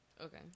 Okay